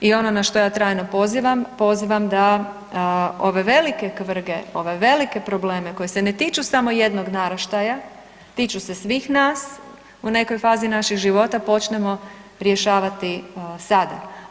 I ono na što ja trajno pozivam, pozivam da ove velike kvrge, ove velike probleme koje se ne tiču samo jednog naraštaja, tiču se svih nas u nekoj fazi našeg život počnemo rješavati sada.